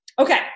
Okay